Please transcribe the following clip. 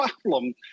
problem